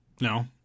No